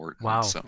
wow